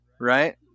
right